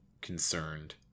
concerned